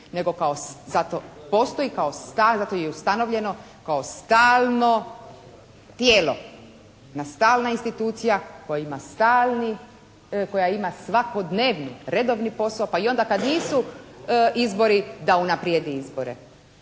je i ustanovljeno kao stalno tijelo. Jedna stalna institucija koja ima stalni, koja ima svakodnevni redovni posao pa i onda kad nisu izbori da unaprijedi izbore.